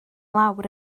lawr